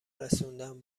رسوندن